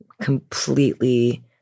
completely